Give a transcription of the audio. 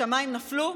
השמיים נפלו?